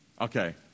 okay